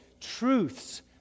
truths